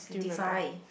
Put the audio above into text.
fifty five